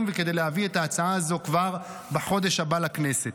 וכדי להביא את ההצעה הזו כבר בחודש הבא לכנסת.